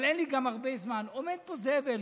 אבל אין לי גם הרבה זמן, עומד פה זאב אלקין,